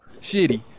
shitty